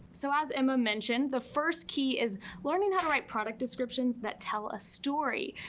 so as emma mentioned, the first key is learning how to write product descriptions that tell a story.